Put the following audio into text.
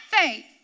faith